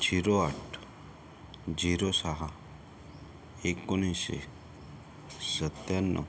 zero आठ zero सहा एकोणीसशे सत्त्याण्णव